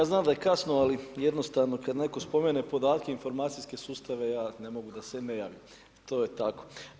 Ja znam da je kasno ali jednostavno kad netko spomene podatke informacijske sustave ja ne mogu da se ne javim, to je tako.